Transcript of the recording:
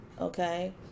Okay